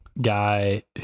guy